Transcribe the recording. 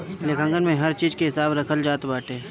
लेखांकन में हर चीज के हिसाब रखल जात बाटे